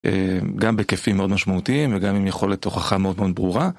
גם בהיקפים מאוד משמעותיים וגם עם יכולת הוכחה מאוד מאוד ברורה.